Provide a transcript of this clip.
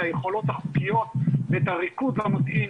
היכולות החוקיות ואת ריכוז המודיעין,